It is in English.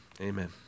Amen